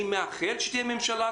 אני מאחל שתהיה ממשלה,